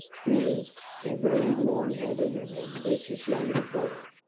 who is a very long-headed and ambitious young fellow.